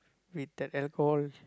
with the alcohol